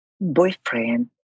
boyfriend